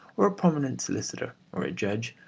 or a prominent solicitor, or a judge,